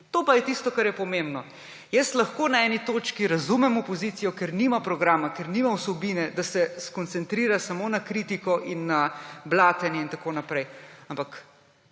To pa je tisto, kar je pomembno. Jaz lahko na eni točki razumem opozicijo, ker nima programa, ker nima vsebine, da se skoncentrira samo na kritiko in na blatenje in tako naprej. Ampak